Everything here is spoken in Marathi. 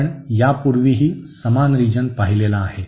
आपण यापूर्वीही समान रिजन पाहिलेला आहे